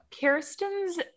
Kirsten's